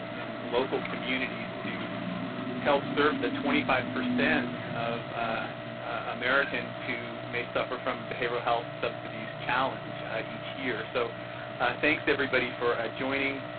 in local communities to help serve the twenty five percent of americans who may suffer from behavioral health substance abuse challenges each year. so thanks, everybody, for joining.